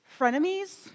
frenemies